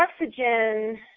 oxygen